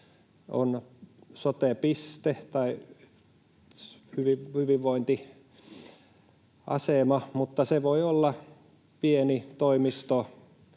on sote-piste tai hyvinvointiasema, mutta se voi olla pieni toimistotila